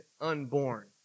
unborn